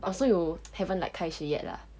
oh so you haven't like 开始 yet ah